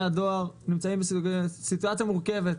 הדואר נמצא בסיטואציה לא פשוטה.